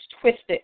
twisted